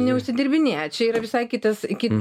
neužsidirbinėja čia yra visai kitas kit